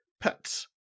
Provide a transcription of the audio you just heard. pets